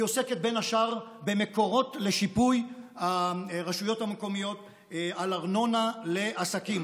היא עוסקת בין השאר במקורות לשיפוי הרשויות המקומיות על ארנונה לעסקים,